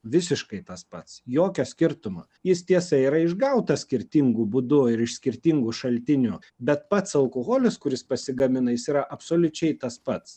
visiškai tas pats jokio skirtumo jis tiesa yra išgautas skirtingu būdu ir iš skirtingų šaltinių bet pats alkoholis kuris pasigamina jis yra absoliučiai tas pats